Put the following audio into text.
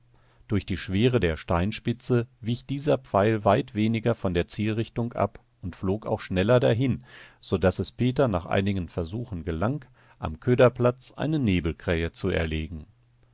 durch die schwere der steinspitze wich dieser pfeil weit weniger von der zielrichtung ab und flog auch schneller dahin so daß es peter nach einigen versuchen gelang am köderplatz eine nebelkrähe zu erlegen